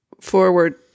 forward